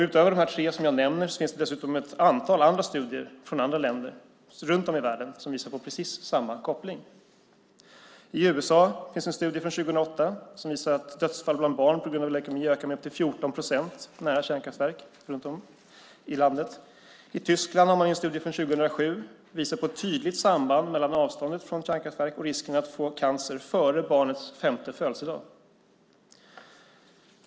Utöver de tre som jag nämner finns det dessutom ett antal andra studier från andra länder runt om i världen som visar på precis samma koppling. I USA finns det en studie från 2008 som visar att dödsfall bland barn på grund av leukemi ökar med upp till 14 procent nära kärnkraftverk runt om i landet. I Tyskland har man i en studie från 2007 visat ett tydligt samband mellan avståndet från ett kärnkraftverk och risken för ett barn att få cancer före sin femte födelsedag.